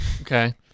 Okay